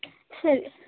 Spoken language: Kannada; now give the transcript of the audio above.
ಸರಿ